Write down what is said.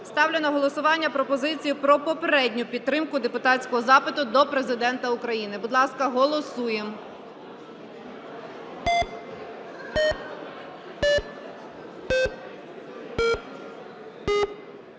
Ставлю на голосування пропозицію про попередню підтримку депутатського запиту до Президента України. Будь ласка, голосуємо.